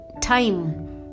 time